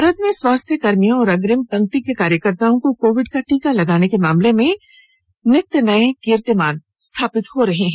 भारत में स्वास्थ्य कर्मियों और अग्रिम पंक्ति के कार्यकर्ताओं को कोविड का टीका लगाने के मामले में नित नये कीर्तिमान स्थापित हो रहे हैं